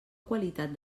qualitat